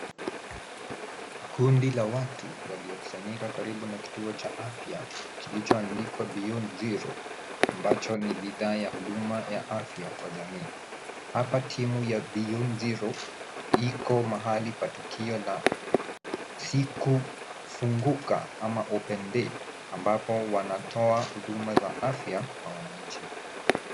Kundi la watu waliokusanyika karibu na kituo cha afya kilichoandikwa Beyond Zero ambacho ni bidhaa ya huduma ya afya kwa jamii. Hapa timu ya Beyond Zero iko mahali pa tukio la siku funguka ama open day ambapo wanatoa huduma za afya kwa wananchi.